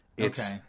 Okay